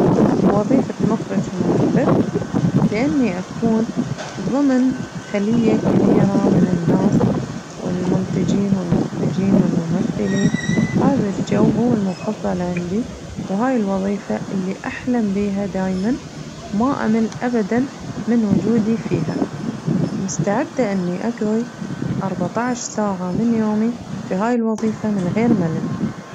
وظيفة مخرج ومنفذ لأني أكون ضمن خلية كبيرة من الناس والمنتجين والمخرجين والممثلين هذا الجو هو المفضل عندي وهاي الوظيفة اللي أحلم بيها دايماً ما أمل ابداً من وجودي فيها، مستعدة أني أقضي أربطعش ساعة من يومي في هاي الوظيفة من غير ملل.